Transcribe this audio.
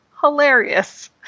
hilarious